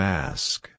Mask